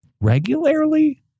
regularly